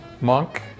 Monk